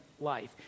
life